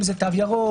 אם זה תו ירוק,